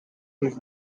his